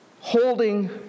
holding